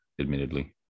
admittedly